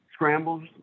Scrambles